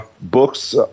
books